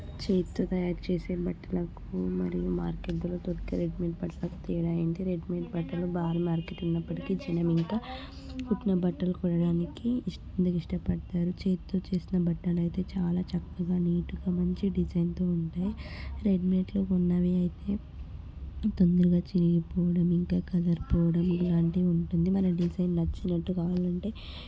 చేతితో తయారు చేసే బట్టలకు మరియు మార్కెట్లో దొరికే రెడీమేడ్ బట్టలకు తేడా ఏంటి రెడీమేడ్ బట్టలు బాగా మార్కెట్ ఉన్నప్పటికీ జనం ఇంకా కుట్టిన బట్టలు కొనడానికి ఇష్ట ఎందుకు ఇష్టపడతారు చేతితో చేసిన బట్టలు అయితే చాలా చక్కగా నీట్గా మంచి డిజైన్తో ఉంటాయి రెడీమేడ్లో కొన్నవి అయితే తొందరగా చినిగిపోవడం ఇంకా కలర్ పోవడం ఇలాంటివి ఉంటుంది మన డిజైన్ నచ్చినట్టు కావాలంటే